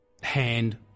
Hand